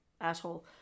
asshole